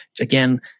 Again